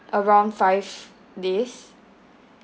around five days